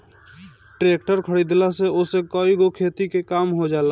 tractor खरीदला से ओसे कईगो खेती के काम हो जाला